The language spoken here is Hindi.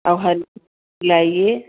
और हरी खिलाइए